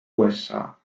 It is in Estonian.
usa